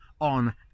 on